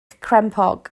crempog